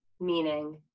Meaning